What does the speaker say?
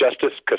justice